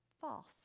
false